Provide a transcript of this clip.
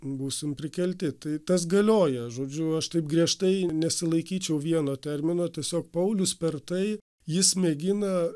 būsim prikelti tai tas galioja žodžiu aš taip griežtai nesilaikyčiau vieno termino tiesiog paulius per tai jis mėgina